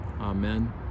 amen